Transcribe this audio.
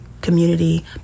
community